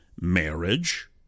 marriage